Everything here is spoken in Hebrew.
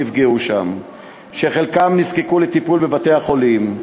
שחלקם נזקקו לטיפול בבתי-החולים.